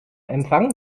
empfang